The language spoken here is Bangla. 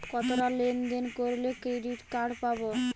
কতটাকা লেনদেন করলে ক্রেডিট কার্ড পাব?